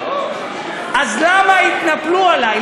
אז למה התנפלו עלי?